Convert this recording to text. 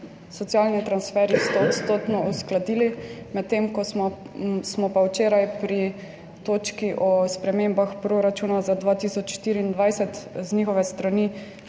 socialni transferji stoodstotno uskladili, medtem ko smo pa včeraj pri točki o spremembah proračuna za 2024 z njihove strani